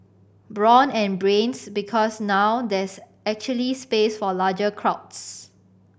brawn and Brains Because now there's actually space for larger crowds